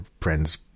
friends